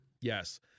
Yes